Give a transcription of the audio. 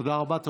תודה רבה.